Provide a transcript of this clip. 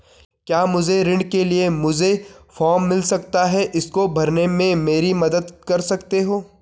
क्या मुझे ऋण के लिए मुझे फार्म मिल सकता है इसको भरने में मेरी मदद कर सकते हो?